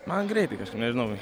man greitai kažkaip nežinau